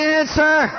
answer